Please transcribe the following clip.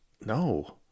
No